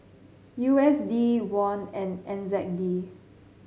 U S D Won and N Z D